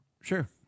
Sure